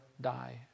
die